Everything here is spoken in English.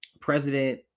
President